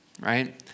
Right